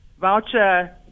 voucher